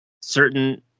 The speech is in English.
Certain